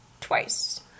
twice